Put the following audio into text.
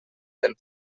del